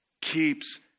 keeps